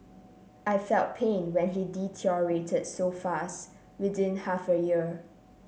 I felt pain when he deteriorated so fast within half a year